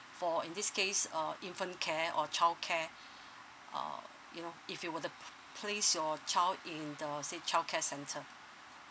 for in this case uh infant care or childcare uh you know if you were to p~ place your child in the say childcare centre